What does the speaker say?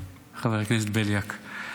חבר הכנסת בליאק.